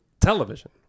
television